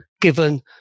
given